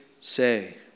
say